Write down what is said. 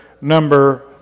number